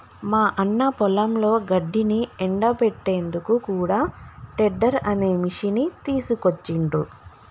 మా అన్న పొలంలో గడ్డిని ఎండపెట్టేందుకు కూడా టెడ్డర్ అనే మిషిని తీసుకొచ్చిండ్రు